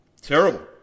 Terrible